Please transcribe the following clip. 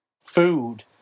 Food